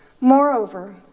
Moreover